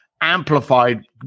amplified